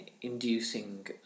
inducing